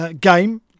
game